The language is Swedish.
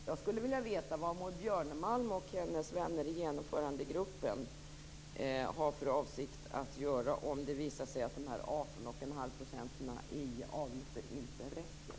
Jag skulle vilja veta vad Maud Björnemalm och hennes vänner i genomförandegruppen har för avsikt att göra om det visar sig att dessa 18,5 % i avgifter inte räcker.